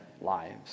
lives